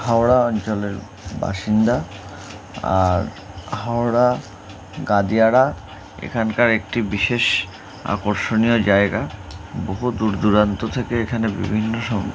হাওড়া অঞ্চলের বাসিন্দা আর হাওড়া গাঁদিয়াড়া এখানকার একটি বিশেষ আকর্ষণীয় জায়গা বহু দূর দূরান্ত থেকে এখানে বিভিন্ন সব